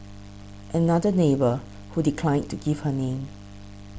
another neighbour who declined to give her name